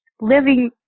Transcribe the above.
living